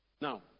Now